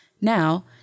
Now